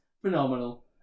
Phenomenal